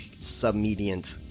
submediant